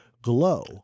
Glow